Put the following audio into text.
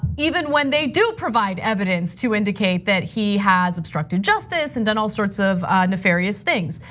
even when they do provide evidence to indicate that he has obstructed justice and done all sorts of nefarious things.